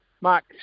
Mark